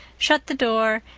shut the door,